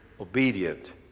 obedient